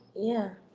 yeah.